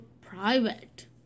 private